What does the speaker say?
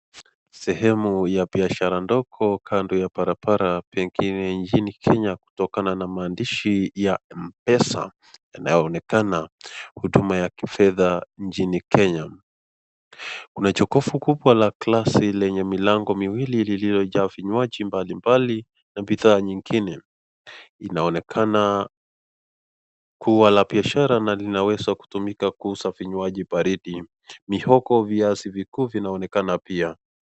Sehemu ya biashara ndogo kando ya barabara, pengine nchini Kenya kutokana na maandishi ya m-pesa inayoonekana, huduma ya kifedha nchini Kenya. Kuna jokovu kubwa la glasi lenye milango miwili lililojaa vinywaji mbali mbali na bidhaa nyingine. Inaonekana kuwa la biashara na linaweza kutumika kuuza vinywaji baridi. Mihogo, viazi vikuu vinaonekana pia.